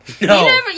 no